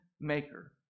maker